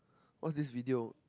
what's this video